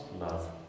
love